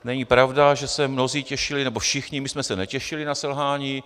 Není pravda, že se mnozí těšili, nebo všichni těšili, my jsme se netěšili, na selhání.